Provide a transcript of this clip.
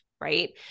Right